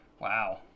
Wow